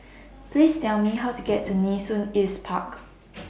Please Tell Me How to get to Nee Soon East Park